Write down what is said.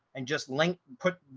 and just link put,